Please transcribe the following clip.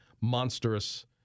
monstrous